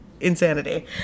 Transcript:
insanity